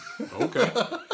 Okay